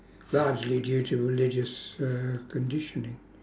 largely due to religious uh conditioning